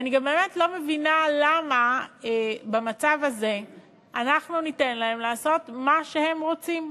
ואני גם באמת לא מבינה למה במצב הזה אנחנו ניתן להם לעשות מה שהם רוצים.